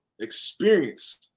experience